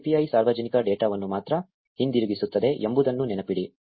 API ಸಾರ್ವಜನಿಕ ಡೇಟಾವನ್ನು ಮಾತ್ರ ಹಿಂದಿರುಗಿಸುತ್ತದೆ ಎಂಬುದನ್ನು ನೆನಪಿಡಿ